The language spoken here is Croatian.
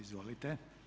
Izvolite.